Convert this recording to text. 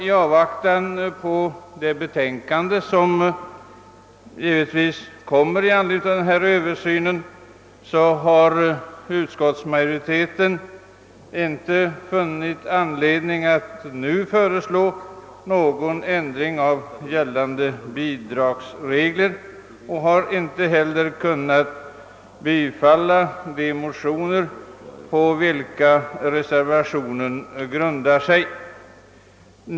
I avvaktan på det betänkande som givetvis kommer i anledning av denna översyn har utskottsmajoriteten inte funnit anledning att nu föreslå någon ändring av gällande bidragsregler och har inte heller kunnat tillstyrka de motioner på vilka reservationen grundar sig.